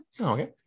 Okay